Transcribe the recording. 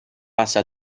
passa